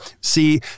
See